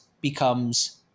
becomes